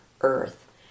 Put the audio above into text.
Earth